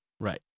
Right